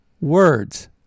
words